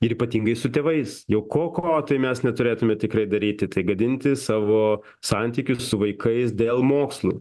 ir ypatingai su tėvais jau ko ko tai mes neturėtume tikrai daryti tai gadintis savo santykius su vaikais dėl mokslų